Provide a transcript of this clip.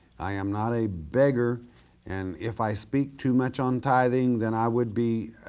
i am not a beggar and if i speak too much on tithing, then i would be